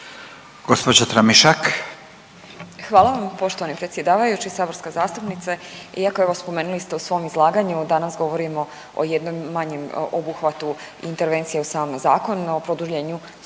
Nataša (HDZ)** Hvala vam poštovani predsjedavajući. Saborska zastupnice, iako evo spomenuli ste u svom izlaganju danas govorimo o jednom manjem obuhvatu intervencije u sami zakon o produljenju stope